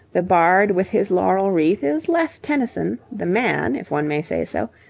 the bard with his laurel wreath is less tennyson the man, if one may say so,